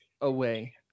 away